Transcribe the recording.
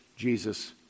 Jesus